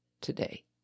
today